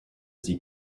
sie